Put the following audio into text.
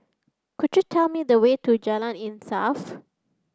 could you tell me the way to Jalan Insaf